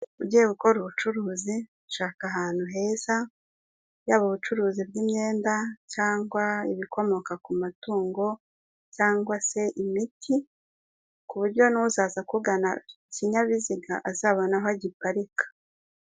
Ugiye gukora ubucuruzi shaka ahantu heza yaba ubucuruzi bw'imyenda cyangwa ibikomoka ku matungo cyangwa se imiti kuburyo n'uzaza akugana afite ikinyabiziga azabona aho agiparika.